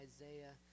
Isaiah